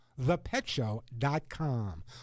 thepetshow.com